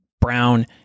brown